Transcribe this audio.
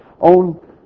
own